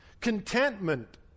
contentment